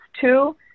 two